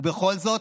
ובכל זאת,